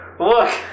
Look